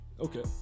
Okay